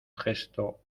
gesto